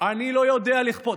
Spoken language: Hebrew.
אני לא יודע לכפות.